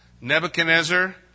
Nebuchadnezzar